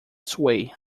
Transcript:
sway